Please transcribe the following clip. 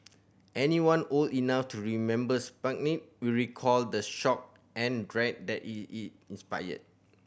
anyone old enough to remember Sputnik will recall the shock and dread that it it inspired